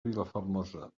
vilafermosa